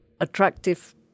attractive